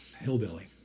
hillbilly